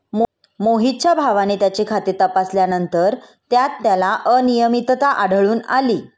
मोहितच्या भावाने त्याचे खाते तपासल्यानंतर त्यात त्याला अनियमितता आढळून आली